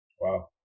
Wow